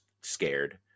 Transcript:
scared